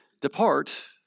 depart